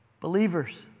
Believers